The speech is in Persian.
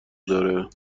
داره